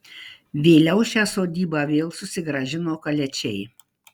vėliau šią sodybą vėl susigrąžino kaliačiai